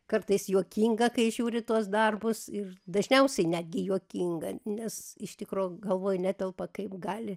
kartais juokinga kai žiūri tuos darbus ir dažniausiai netgi juokinga nes iš tikro galvoj netelpa kaip gali